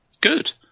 Good